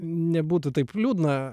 nebūtų taip liūdna